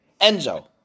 Enzo